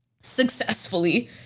successfully